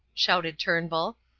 shouted turnbull.